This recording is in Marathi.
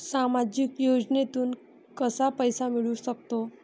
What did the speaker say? सामाजिक योजनेतून कसा पैसा मिळू सकतो?